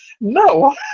No